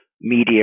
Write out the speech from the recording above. media